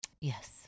Yes